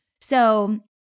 So-